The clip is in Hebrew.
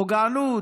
פוגענות,